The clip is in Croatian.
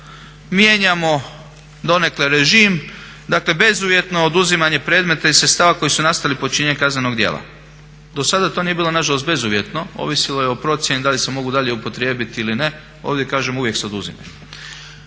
mijenjamo donekle režim, dakle bezuvjetno oduzimanje predmeta i sredstava koji su nastali počinjenjem kaznenog djela. Do sada to nije bilo nažalost bezuvjetno, ovisilo je o procjeni da li se mogu dalje upotrijebit ili ne. Ovdje kažem uvijek se oduzimaju.